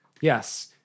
Yes